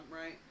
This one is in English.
right